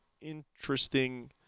interesting